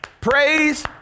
praise